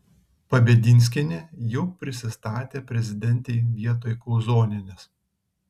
pabedinskienė jau prisistatė prezidentei vietoj kauzonienės